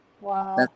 Wow